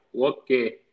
okay